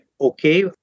okay